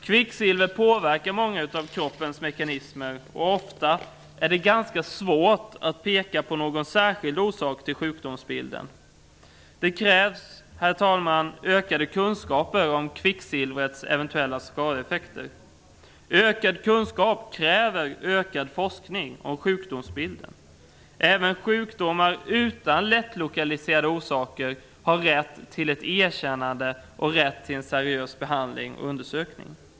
Kvicksilver påverkar många av kroppens mekanismer, och ofta är det ganska svårt att peka på någon särskild orsak till sjukdomsbilden. Det krävs, herr talman, ökade kunskaper om kvicksilvrets eventuella skadeeffekter. Ökad kunskap kräver ökad forskning om sjukdomsbilden. Även sjukdomar utan lättlokaliserade orsaker har rätt till ett erkännande och rätt till en seriös behandling och undersökning.